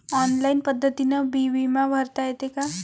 Online पद्धतीनं बी बिमा भरता येते का?